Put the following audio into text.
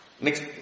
Next